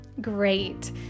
Great